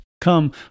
come